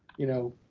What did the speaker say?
you know,